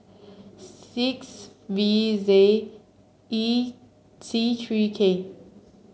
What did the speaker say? six V Z E C three K